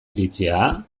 iritzia